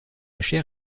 chair